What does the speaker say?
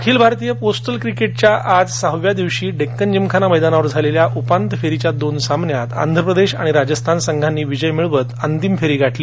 अखिल भारतीय पोस्टल क्रिकेटच्या आजच्या सहाव्या दिवशी डेक्कन जिमखाना मैदानावर झालेल्या उपांत्य फेरीच्या दोन सामन्यात आंध्र प्रदेश आणि राजस्थान संघांनी विजय मिळवत अंतिम फेरी गाठली